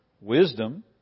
wisdom